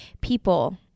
people